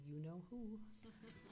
you-know-who